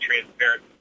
transparent